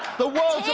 the world